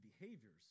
behaviors